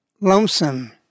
lonesome